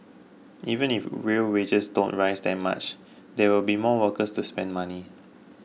even if real wages don't rise that much there will be more workers to spend money